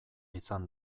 izan